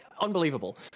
unbelievable